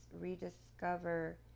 rediscover